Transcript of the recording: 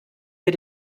wir